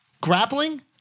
Grappling